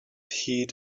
heed